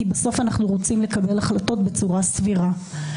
כי בסוף אנחנו רוצים לקבל החלטות בצורה סבירה.